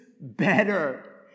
better